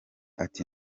ati